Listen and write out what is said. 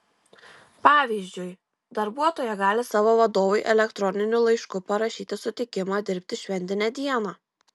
pavyzdžiui darbuotoja gali savo vadovui elektroniniu laišku parašyti sutikimą dirbti šventinę dieną